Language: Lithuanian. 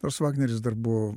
nors vagneris dar buvo